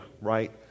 right